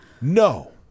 No